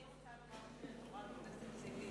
אני רוצה לומר שאת חברת כנסת רצינית,